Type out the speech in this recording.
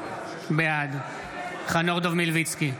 בעד חנוך דב מלביצקי,